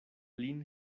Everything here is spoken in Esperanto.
lin